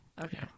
Okay